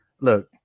look